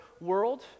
world